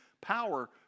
power